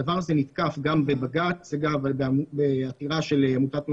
הדבר הזה נתקף גם בבג"צ וגם בעתירה של 'תנו